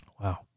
Wow